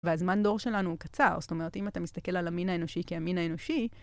והזמן דור שלנו הוא קצר, זאת אומרת, אם אתה מסתכל על המין האנושי כהמין האנושי...